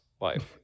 life